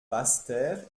basseterre